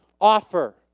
offer